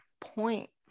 points